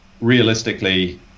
realistically